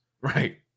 Right